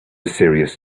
serious